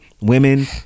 Women